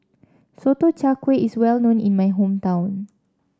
Sotong Char Kway is well known in my hometown